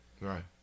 Right